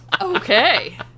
okay